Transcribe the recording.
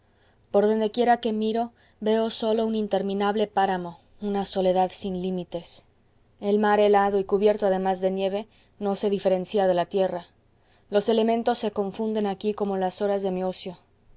por donde quiera que miro veo sólo un interminable páramo una soledad sin límites el mar helado y cubierto además de nieve no se diferencia de la tierra los elementos se confunden aquí como las horas de mi ocio